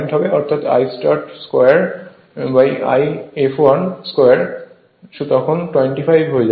অর্থাৎ I start 2I fl 2 তখন 25 হয়ে যাবে